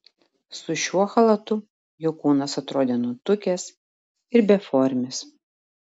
su šiuo chalatu jo kūnas atrodė nutukęs ir beformis